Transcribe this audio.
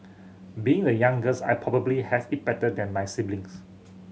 being the youngest I probably has it better than my siblings